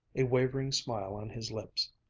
a wavering smile on his lips.